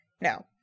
No